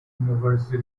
universal